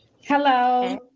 Hello